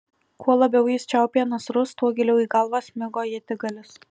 kuo labiau jis čiaupė nasrus tuo giliau į galvą smigo ietigalis